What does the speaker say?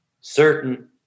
certain